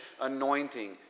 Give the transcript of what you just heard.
anointing